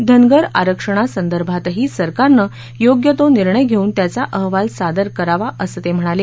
धनगर आरक्षणासंदर्भातही सरकारनं योग्य तो निर्णय घेऊन त्याचा अहवालही सादर करावा असं ते म्हणाले